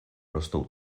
rostou